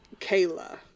Kayla